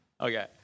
Okay